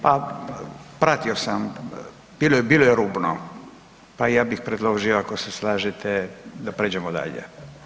Pa pratio sam, bilo je, bilo je rubno pa ja bih predložio ako se slažete da pređemo dalje.